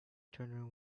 turner